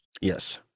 yes